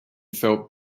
felt